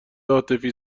عاطفی